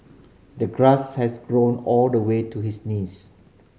the grass has grown all the way to his knees